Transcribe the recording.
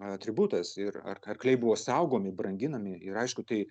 atributas ir ar arkliai buvo saugomi branginami ir aišku tai